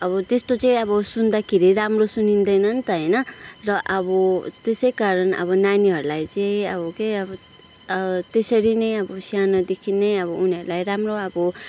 अब त्यस्तो चाहिँ अब सुन्दाखेरि राम्रो सुनिँदैन नि त होइन र अब त्यसै कारण अब नानीहरूलाई चाहिँ अब के अब त्यसरी नै अब सानोदखि नै अब उनीहरूलाई राम्रो अब